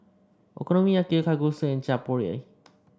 Okonomiyaki Kalguksu and Chaat Papri